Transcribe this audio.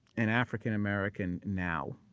an african-american now,